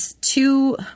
two